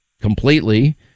completely